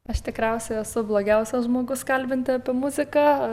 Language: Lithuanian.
aš tikriausiai esu blogiausias žmogus kalbinti apie muziką